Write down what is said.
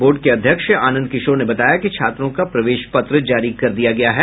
board के अध्यक्ष आनंद किशोर ने बताया कि छात्रों का प्रवेश पत्र जारी कर दिया गया है